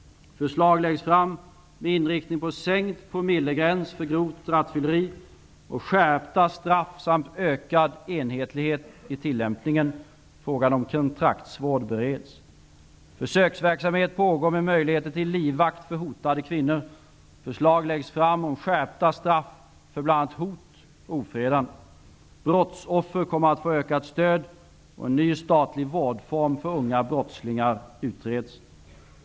Förslag framläggs med inriktning på sänkt promillegräns för grovt rattfylleri och skärpta straff samt ökad enhetlighet i tillämpningen. Försöksverksamhet pågår med möjligheter till livvakt för hotade kvinnor. Förslag läggs fram om skärpta straff för bl.a. hot och ofredande. Brottsoffren kommer att få ökat stöd, och en ny statlig vårdform för unga brottslingar utreds.